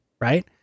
Right